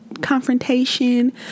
confrontation